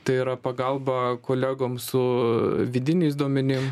tai yra pagalba kolegoms su vidiniais duomenim